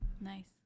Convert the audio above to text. Nice